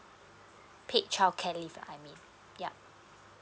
paid childcare leave I mean yup